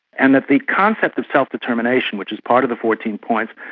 and that the concept of self-determination, which is part of the fourteen points,